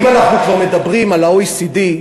אם אנחנו כבר מדברים על ה-OECD,